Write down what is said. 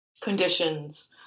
conditions